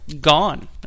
gone